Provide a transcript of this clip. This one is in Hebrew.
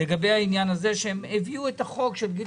לגבי העניין הזה שהם הביאו את החוק של גיל